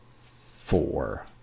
four